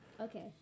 Okay